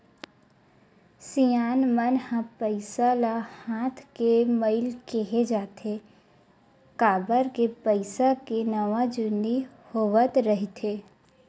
सियान मन ह पइसा ल हाथ के मइल केहें जाथे, काबर के पइसा के नवा जुनी होवत रहिथे